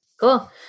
Cool